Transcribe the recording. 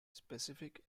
specific